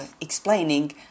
explaining